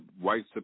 white